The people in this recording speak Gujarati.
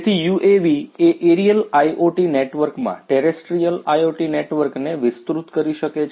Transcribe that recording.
તેથી UAVs એ એરિયલ IoT નેટવર્કમાં ટેરેસ્ટ્રીયલ IoT નેટવર્કને વિસ્તૃત કરી શકે છે